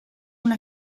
una